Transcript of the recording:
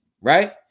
right